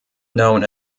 known